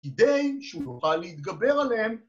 כדי שהוא יוכל להתגבר עליהם